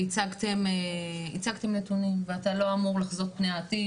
הצגתם נתונים, ואתה לא אמור לחזות פני עתיד.